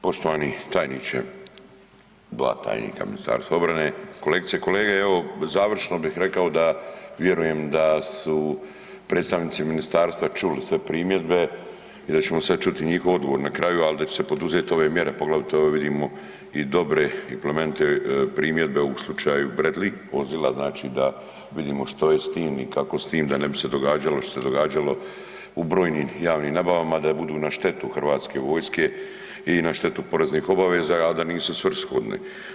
Poštovani tajniče, dva tajnika u MORH-u, kolegice i kolege, evo završno bih rekao da vjerujem da su predstavnici ministarstva čuli sve primjedbe i da ćemo sad čuti njihov odgovor na kraju ali da će se poduzeti ove mjere poglavito evo vidimo i dobre i plemenite primjedbe u slučaju Bradley vozila, znači da vidimo što je s tim i kako s time, da ne bi se događalo što se događalo u brojnim javnim nabavama, da budu na štetu hrvatske vojske i na štetu poreznih obaveza, a da nisu svrsishodne.